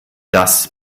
das